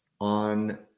on